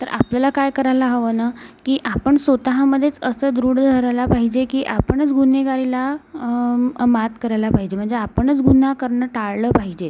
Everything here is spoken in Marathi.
तर आपल्याला काय करायला हवं ना की आपण स्वतःमध्येच असं दृढ धरायला पाहिजे की आपणच गुन्हेगारीला मात करायला पाहिजे म्हणजे आपणच गुन्हा करणं टाळलं पाहिजे